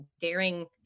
daring